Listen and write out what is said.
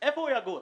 איפה הוא יגור?